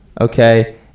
okay